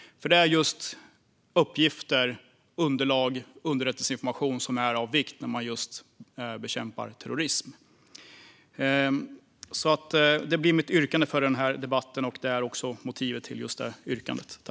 Det är just uppgifter, underlag och underrättelseinformation som är av vikt när man bekämpar terrorism. Det blir mitt yrkande för den här debatten, och det är också motivet till just det yrkandet.